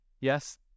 yes